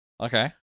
okay